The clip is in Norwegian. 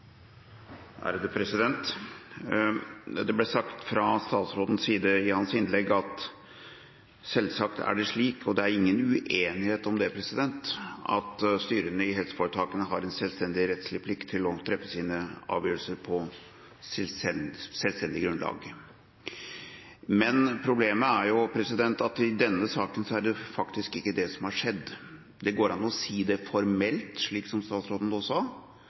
det slik – og det er ingen uenighet om det – at styrene i helseforetakene har en rettslig plikt til å treffe sine avgjørelser på selvstendig grunnlag. Problemet i denne saken er jo at det faktisk ikke er det som har skjedd. Det går an å si det formelt, slik som statsråden nå sa